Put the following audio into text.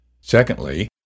Secondly